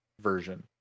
version